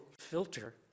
filter